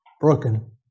broken